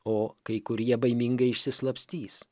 o kai kurie baimingai išsislapstys